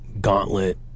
Gauntlet